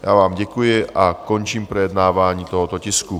Já vám děkuji a končím projednávání tohoto tisku.